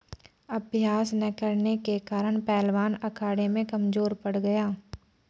अभ्यास न करने के कारण पहलवान अखाड़े में कमजोर पड़ गया